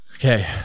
Okay